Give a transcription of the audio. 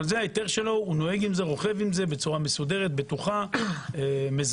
הוא נוהג עם זה בצורה מסודרת, מזוהה.